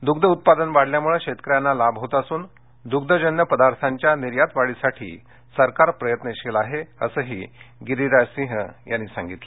दृग्ध उत्पादन वाढल्यामुळे शेतकऱ्यांना लाभ होत असून दृग्धजन्य पदार्थांच्या निर्यात वाढीसाठी सरकार प्रयत्नशील आहे अस ही गिरीराज सिंह यांनी सांगितलं